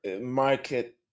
market